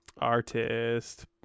Artist